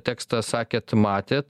tekstą sakėt matėt